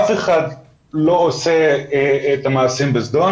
אף אחד לא עושה את המעשים בזדון.